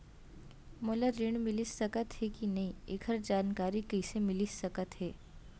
मोला ऋण मिलिस सकत हे कि नई एखर जानकारी कइसे मिलिस सकत हे?